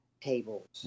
tables